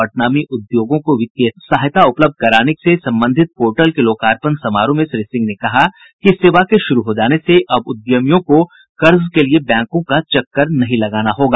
पटना में उद्योगों को वित्तीय सहायता उपलब्ध कराने से संबंधित पोर्टल के लोकार्पण समारोह में श्री सिंह ने कहा कि इस सेवा के शुरू हो जाने से अब उद्यमियों को कर्ज लेने के लिए बैंकों का चक्कर नहीं लगाना होगा